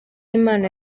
impano